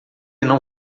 não